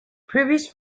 previous